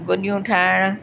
गुॾियूं ठाहिणु